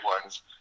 ones